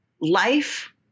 life